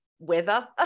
weather